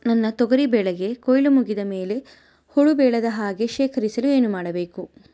ನನ್ನ ತೊಗರಿ ಬೆಳೆಗೆ ಕೊಯ್ಲು ಮುಗಿದ ಮೇಲೆ ಹುಳು ಬೇಳದ ಹಾಗೆ ಶೇಖರಿಸಲು ಏನು ಮಾಡಬೇಕು?